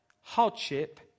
Hardship